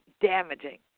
damaging